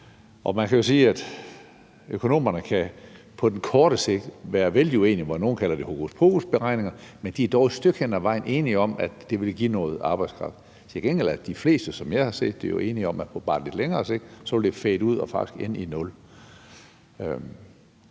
Man kan jo sige, at økonomerne på kort sigt kan vældig uenige. Nogle kalder det hokuspokusberegninger, men de er dog et stykke hen ad vejen enige om, at det vil give noget arbejdskraft. Til gengæld har de fleste, som jeg har set det, været enige om, at på bare lidt længere sigt vil det fade ud og faktisk ende i nul.